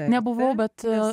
nebuvau bet